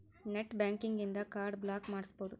net banking ಇನ್ದಾ card block ಮಾಡ್ಸ್ಬೊದು